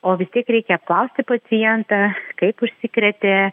o vis tik reikia apklausti pacientą kaip užsikrėtė